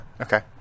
Okay